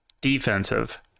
defensive